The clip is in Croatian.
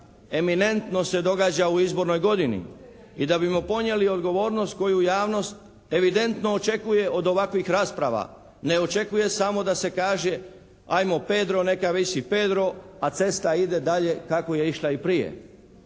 eminentno se događa u izbornoj godini i da bismo ponijeli odgovornost koju javnost evidentno očekuje od ovakvih rasprava, ne očekuje samo da se kaže "Ajmo Pedro. Neka visi Pedro." a cesta ide dalje kako je išla prije.